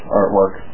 artwork